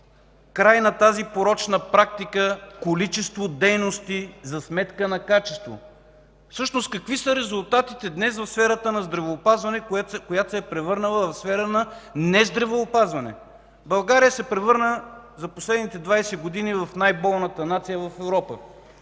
край на тази порочна практика количество дейности за сметка на качество. Всъщност какви са резултатите днес в сферата на здравеопазване, която се е превърнала в сфера на не-здравеопазване. За последните 20 години България се превърна в най-болната нация в Европа.